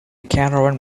caravan